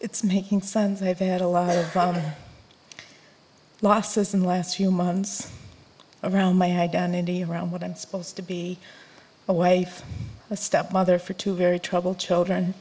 it's making sense i've had a lot of losses in the last few months around my identity around what i'm supposed to be away from a stepmother for two very troubled children